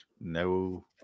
no